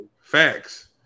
Facts